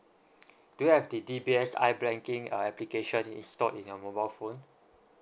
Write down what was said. do you have the D_B_S I blanking uh application installed in your mobile phone